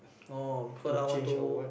oh cause I want to